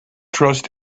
trust